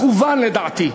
מכוון, לדעתי,